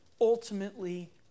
ultimately